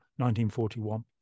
1941